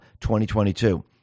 2022